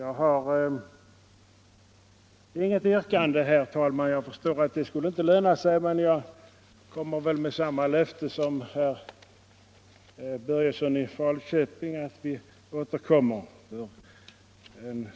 Jag har inget yrkande, herr talman, eftersom jag förstår att detta inte skulle ge resultat i dag, men jag avger samma löfte som herr Börjesson i Falköping, nämligen att vi återkommer till denna fråga.